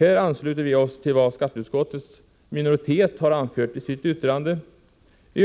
Här ansluter vi oss till vad skatteutskottets minoritet har anfört i sitt yttrande. De